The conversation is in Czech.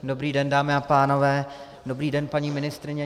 Dobrý den, dámy a pánové, dobrý den paní ministryně.